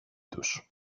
τους